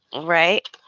right